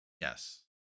Yes